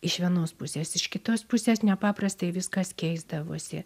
iš vienos pusės iš kitos pusės nepaprastai viskas keisdavosi